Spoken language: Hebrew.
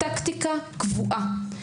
טקטיקה קבועה.